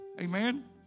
amen